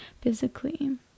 physically